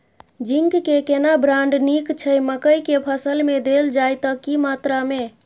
Zinc के केना brand नीक छैय मकई के फसल में देल जाए त की मात्रा में?